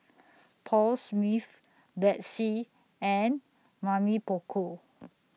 Paul Smith Betsy and Mamy Poko